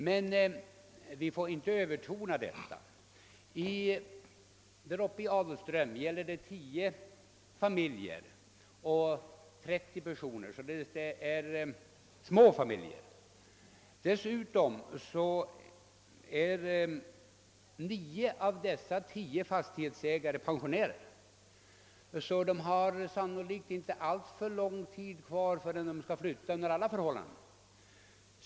Men vi får inte överbetona detta alltför mycket. Där uppe i Adolfström gäller det 10 familjer med 30 personer. Det är således fråga om små familjer. Dessutom är 9 av dessa 10 fastighetsägare pensionärer, så att de sannolikt inte har alltför lång tid kvar innan de under alla förhållanden skall flytta.